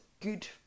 good